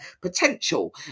potential